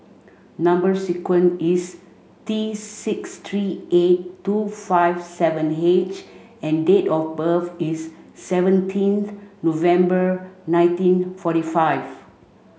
number sequence is T six three eight two five seven H and date of birth is seventeenth November nineteen forty five